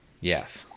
Yes